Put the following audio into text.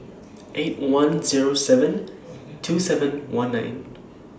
eight one Zero seven two seven one nine